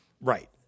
Right